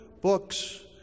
books